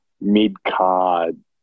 mid-card